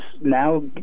now